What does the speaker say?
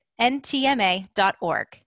ntma.org